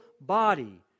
body